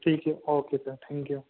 ٹھیک ہے okay sir thank you